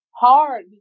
hard